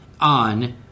on